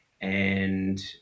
and-